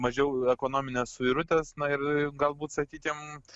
mažiau ekonominės suirutės ir galbūt sakykim